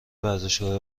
ورزشگاه